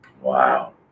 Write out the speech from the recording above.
Wow